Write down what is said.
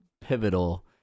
pivotal